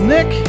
Nick